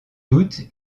doute